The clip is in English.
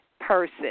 person